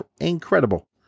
Incredible